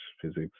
physics